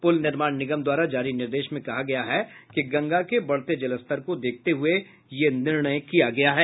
पुल निर्माण निगम द्वारा जारी निर्देश में कहा गया है कि गंगा के बढ़ते जलस्तर को देखते हुए ये निर्णय किया गया है